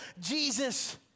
Jesus